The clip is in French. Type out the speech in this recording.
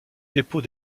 dépôt